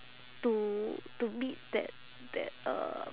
to to meet that that uh